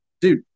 Dude